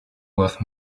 worth